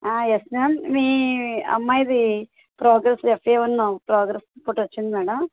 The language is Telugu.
ఎస్ మ్యామ్ మీ అమ్మాయిది progress FA one progress report వచ్చింది మేడం